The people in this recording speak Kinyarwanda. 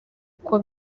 uko